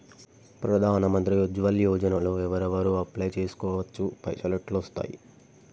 ప్రధాన మంత్రి ఉజ్వల్ యోజన లో ఎవరెవరు అప్లయ్ చేస్కోవచ్చు? పైసల్ ఎట్లస్తయి?